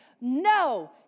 No